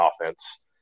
offense